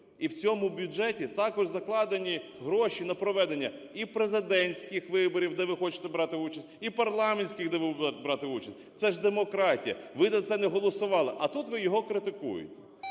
і в цьому бюджеті також закладені гроші на проведення і президентських виборів, де ви хочете брати участь, і парламентських, де ви будете брати участь. Це ж демократія. Ви за це не голосували. А тут ви його критикуєте.